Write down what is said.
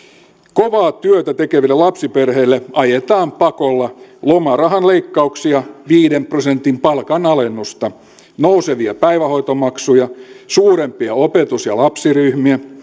kovaa työtä tekeville lapsiperheille ajetaan pakolla lomarahan leikkauksia viiden prosentin palkanalennusta nousevia päivähoitomaksuja suurempia opetus ja lapsiryhmiä